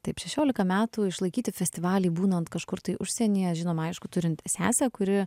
taip šešiolika metų išlaikyti festivalį būnant kažkur tai užsienyje žinoma aišku turint sesę kuri